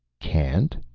can't.